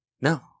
No